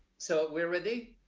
so we're ready?